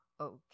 okay